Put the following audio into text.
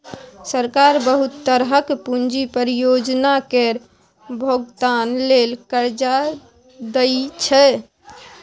सरकार बहुत तरहक पूंजी परियोजना केर भोगतान लेल कर्जा दइ छै